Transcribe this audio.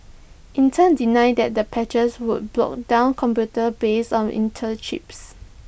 Intel denied that the patches would blog down computers based on Intel chips